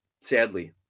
sadly